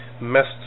messed